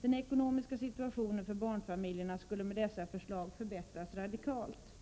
Den ekonomiska situationen för barnfamiljerna skulle med dessa förslag förbättras radikalt.